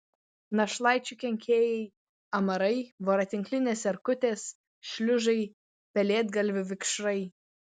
našlaičių kenkėjai amarai voratinklinės erkutės šliužai pelėdgalvių vikšrai